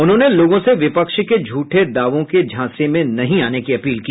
उन्होंने लोगों से विपक्ष के झूठे दावों के झांसे में नहीं आने की अपील की